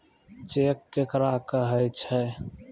Cheque केकरा कहै छै?